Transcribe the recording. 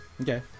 okay